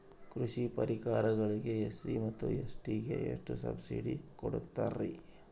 ಕೃಷಿ ಪರಿಕರಗಳಿಗೆ ಎಸ್.ಸಿ ಮತ್ತು ಎಸ್.ಟಿ ಗೆ ಎಷ್ಟು ಸಬ್ಸಿಡಿ ಕೊಡುತ್ತಾರ್ರಿ?